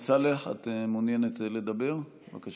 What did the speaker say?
בבקשה.